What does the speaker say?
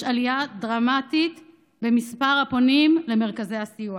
יש עלייה דרמטית במספר הפונים למרכזי הסיוע.